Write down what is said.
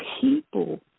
people